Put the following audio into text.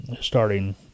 starting